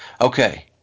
Okay